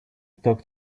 talk